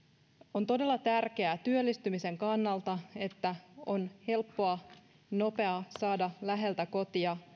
on todella tärkeää työllistymisen kannalta että on helppoa ja nopeaa saada läheltä kotia